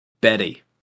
Betty